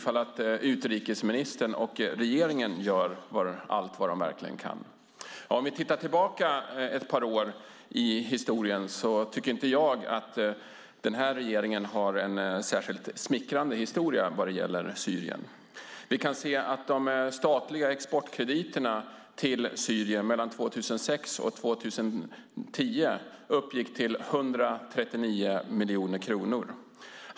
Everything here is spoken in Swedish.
Gör utrikesministern och regeringen verkligen allt de kan? Låt oss se några år tillbaka i tiden. Jag tycker inte att den här regeringen har en särskilt smickrande historia när det gäller Syrien. Mellan 2006 och 2010 uppgick de statliga exportkrediterna till Syrien till 139 miljoner kronor.